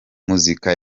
muzika